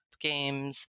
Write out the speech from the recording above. games